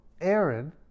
Aaron